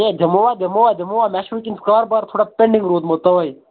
ہے دِموو دِموو دِموو مےٚ چھُ وُنکیٚن کارٕبار تھوڑا پینٛڈِنٛگ روٗدمُت تَوے